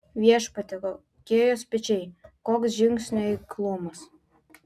viešpatie kokie jos pečiai koks žingsnių eiklumas